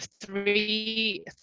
three